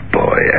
boy